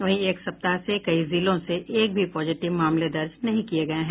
वहीं एक सप्ताह से कई जिलों से एक भी पॉजिटिव मामले दर्ज नहीं किये गये हैं